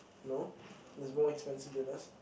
no there's more expensive villas